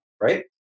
right